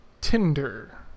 Tinder